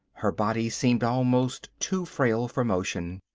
her body seemed almost too frail for motion,